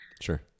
Sure